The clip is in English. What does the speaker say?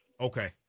Okay